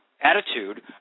attitude